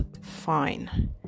fine